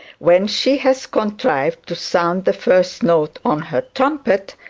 when she has contrived to sound the first note on her trumpet,